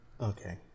Okay